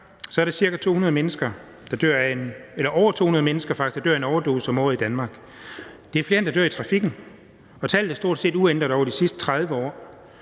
er det over 200 mennesker, der dør af en overdosis om året i Danmark. Det er flere, end der dør i trafikken, og tallet er stort set uændret over de sidste 30 år.